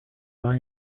buy